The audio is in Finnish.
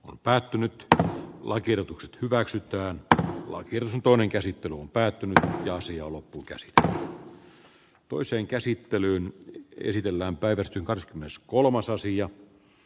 on päättynyt tätä lakiehdotukset hyväksytään että laki sintonen käsitteluun päättynyt ohjasi jo loppukesästä toiseen käsittelyyn esitellään päivät jonka myös kolmas sektorilta